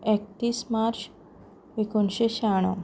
एकतीस मार्च एकुणशें शाण्णव